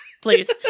please